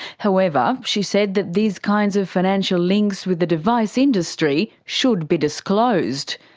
however, she said that these kinds of financial links with the device industry should be disclosed.